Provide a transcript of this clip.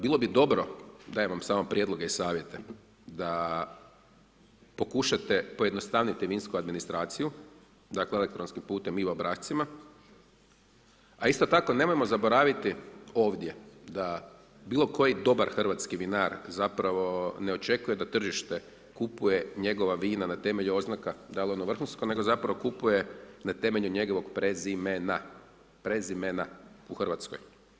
Bilo bi dobro, dajem vam samo prijedloge i savjete da pokušati pojednostaviti vinsku administraciju, elektronskim putem i obrascima, a isto tako nemojmo zaboraviti ovdje da bilo koji hrvatski vinar ne očekuje da tržište kupuje njegova vina na temelju oznaka, dal je ona vrhunsko, nego zapravo kupuje na temelju njegovog prezimena u Hrvatskoj.